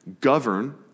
govern